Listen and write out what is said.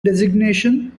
designation